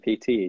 PT